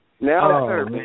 Now